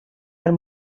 del